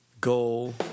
Goal